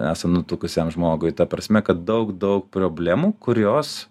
esant nutukusiam žmogui ta prasme kad daug daug problemų kurios